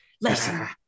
Listen